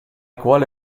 quale